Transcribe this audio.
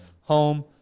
home